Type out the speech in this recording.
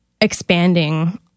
expanding